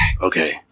Okay